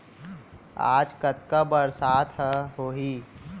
आज कतका बरसात ह होही?